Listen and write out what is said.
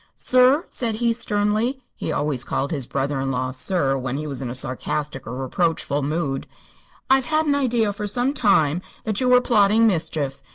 sir, said he, sternly he always called his brother-in-law sir when he was in a sarcastic or reproachful mood i've had an idea for some time that you were plotting mischief.